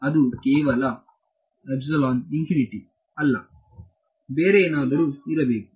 ಅದು ಕೇವಲ ಅಲ್ಲ ಬೇರೆ ಏನಾದರೂ ಇರಬೇಕು